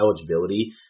eligibility